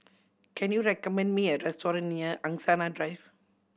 can you recommend me a restaurant near Angsana Drive